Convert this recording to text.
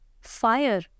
Fire